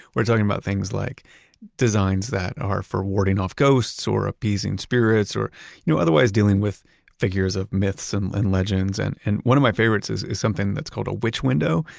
we're talking about things like designs that are for warding off ghosts or appeasing spirits or you know otherwise dealing with figures of myths and and legends. and and one of my favorites is is something that's called a witch window,